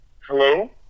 Hello